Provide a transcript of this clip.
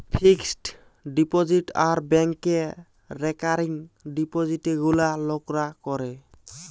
fixed deposit আর ব্যাংকে recurring ডিপোজিটে গুলা লোকরা করে